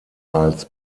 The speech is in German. als